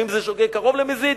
ואם זה שוגג קרוב למזיד,